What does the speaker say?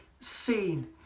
seen